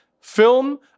film